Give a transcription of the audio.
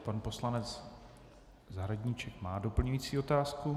Pan poslanec Zahradníček má doplňující otázku.